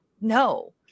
No